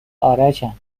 ارشم